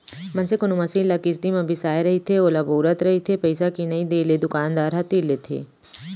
मनसे कोनो मसीन ल किस्ती म बिसाय रहिथे ओला बउरत रहिथे पइसा के नइ देले दुकानदार ह तीर लेथे